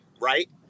right